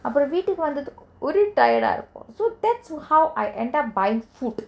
அப்ரோ வீட்டுக்கு வந்ததுக்கு ஒரே:apro veetuku vanthathuku ore tired ah இருக்கு:iruku so that's how I end up buying food